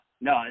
no